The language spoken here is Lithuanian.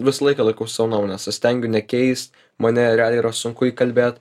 visą laiką laikausi savo nuomonės aš stengiu nekeis mane realiai yra sunku įkalbėt